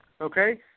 Okay